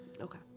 Okay